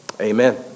Amen